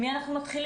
נתחיל